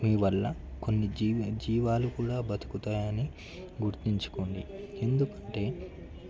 మీ వల్ల కొన్ని జీవి జీవాలు కూడా బతుకుతాయని గుర్తించుకోండి ఎందుకంటే